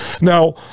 Now